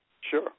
Sure